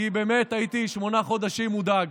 כי באמת הייתי שמונה חודשים מודאג.